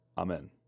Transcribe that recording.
Amen